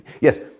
yes—